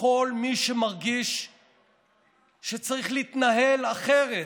לכל מי שמרגיש שצריך להתנהל אחרת,